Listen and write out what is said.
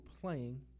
playing